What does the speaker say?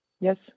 Yes